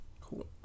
cool